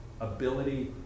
ability